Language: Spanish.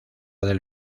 del